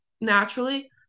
naturally